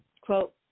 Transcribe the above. Quote